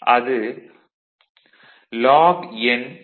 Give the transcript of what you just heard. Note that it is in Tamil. அது log2 N